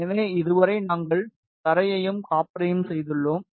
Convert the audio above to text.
எனவே இதுவரை நாங்கள் தரையையும் காப்பரையும் செய்துள்ளோம்